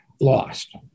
lost